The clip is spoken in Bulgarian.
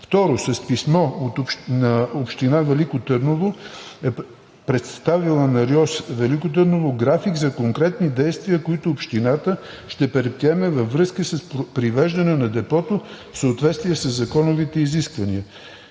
Второ, с писмо на община Велико Търново, което е представила на РИОСВ – Велико Търново, график за конкретни действия, които общината ще предприеме, във връзка с привеждане на депото в съответствие със законовите изисквания.